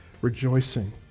rejoicing